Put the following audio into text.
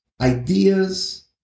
ideas